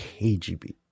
KGB